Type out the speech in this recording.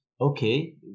okay